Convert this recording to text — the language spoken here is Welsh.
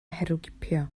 herwgipio